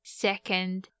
second